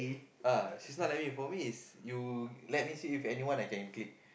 uh she's not like me for me is you let me see if anyone I can click